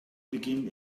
begin